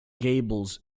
gables